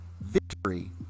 victory